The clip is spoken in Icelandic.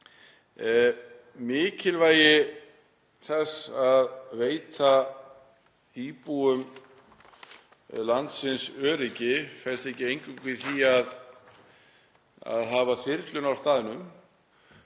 Mikilvægi þess að veita íbúum landsins öryggi felst ekki eingöngu í því að hafa þyrlu á staðnum.